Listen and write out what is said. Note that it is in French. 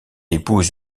épouse